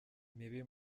mibi